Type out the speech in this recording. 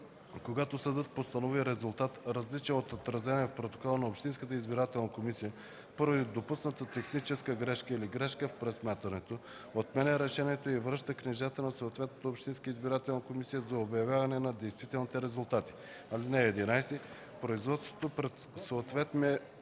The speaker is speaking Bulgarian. Когато съдът установи резултат, различен от отразения в протокола на общинската избирателна комисия – поради допусната техническа грешка или грешка в пресмятането, отменя решението и връща книжата на съответната общинска избирателна комисия за обявяване на действителните резултати. (11) Производството пред съответния